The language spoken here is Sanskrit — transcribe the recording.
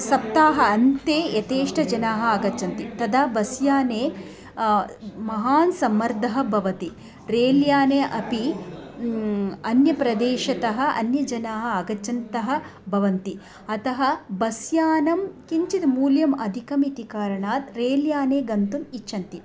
सप्ताहान्ते यथेष्ट जनाः आगच्छन्ति तदा बस्याने महान् सम्मर्दः भवति रेल्याने अपि अन्यप्रदेशतः अन्यजनाः आगच्छन्तः भवन्ति अतः बस्यानं किञ्चित् मूल्यम् अधिकम् इति कारणात् रेल्याने गन्तुम् इच्छन्ति